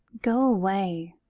go away.